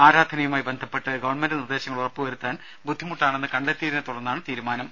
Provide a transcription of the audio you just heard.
ആരാധാനയുമായി ബന്ധപ്പെട്ട് ഗവൺമെന്റ് നിർദേശങ്ങൾ ഉറപ്പു വരുത്താൻ ബുദ്ധിമുട്ടാണെന്ന് കണ്ടെത്തിയതിനെ തുടർന്നാണ് തീരുമാനം